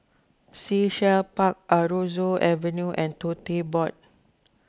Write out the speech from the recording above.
Sea Shell Park Aroozoo Avenue and Tote Board